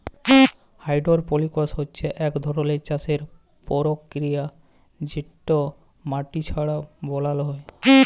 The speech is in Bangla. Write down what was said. হাইডরপলিকস হছে ইক ধরলের চাষের পরকিরিয়া যেট মাটি ছাড়া বালালো হ্যয়